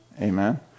amen